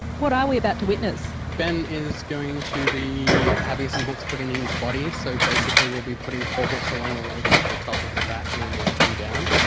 what are we about to witness? ben is going to be having some hooks put in his body, so basically we'll be putting four hooks along the length of the top of the back and then working down,